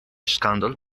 skandal